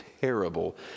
terrible